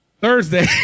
Thursday